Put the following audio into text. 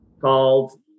called